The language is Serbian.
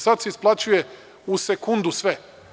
Sada se isplaćuje u sekundu sve.